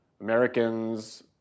Americans